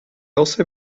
also